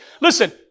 Listen